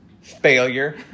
failure